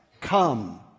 come